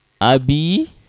abi